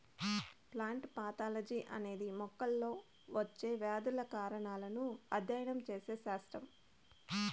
plant pathology అనేది మొక్కల్లో వచ్చే వ్యాధుల కారణాలను అధ్యయనం చేసే శాస్త్రం